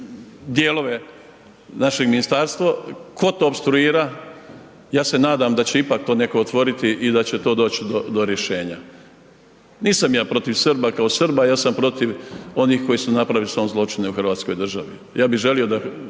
dijelove našeg ministarstva, tko to opstruira, ja se nadam da će ipak to neko otvoriti i da će to doći do rješenja. Nisam ja protiv Srba kao Srba ja sam protiv onih koji su napravili zločine u Hrvatskoj državi, ja bi želio da